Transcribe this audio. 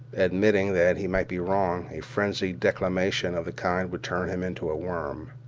admitting that he might be wrong, a frenzied declamation of the kind would turn him into a worm.